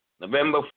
November